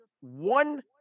one